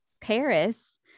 paris